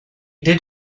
did